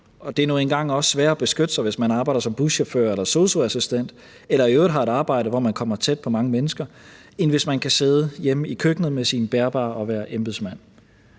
også sværere at beskytte sig, hvis man arbejder som buschauffør eller sosu-assistent eller i øvrigt har et arbejde, hvor man kommer tæt på mange mennesker, end hvis man kan sidde hjemme i køkkenet med sin bærbare og være embedsmand.